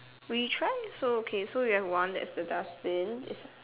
we try so okay so we have one that's the dustbin is